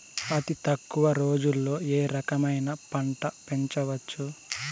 అతి తక్కువ రోజుల్లో ఏ రకమైన పంట పెంచవచ్చు?